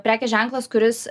prekės ženklas kuris